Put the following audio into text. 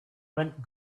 went